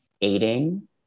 aiding